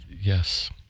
yes